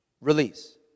release